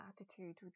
attitude